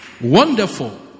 Wonderful